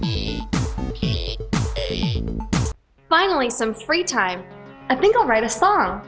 t finally some free time i think i'll write a song